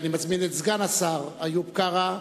אני מזמין את סגן השר איוב קרא,